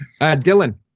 Dylan